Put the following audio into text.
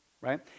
right